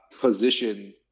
position